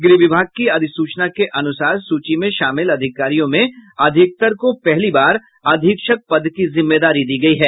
गृह विभाग की अधिसूचना के अनुसार सूची में शामिल अधिकारियों में अधिकतर को पहली बार अधीक्षक पद की जिम्मेदारी दी गयी है